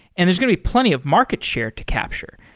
and there's going to plenty of market share to capture.